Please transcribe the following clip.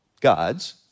God's